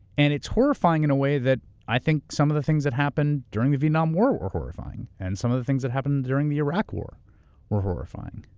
and it's horrifying in a way that i think some of the things that happened during the vietnam war were horrifying, and some of the things that happened during the iraq war were horrifying.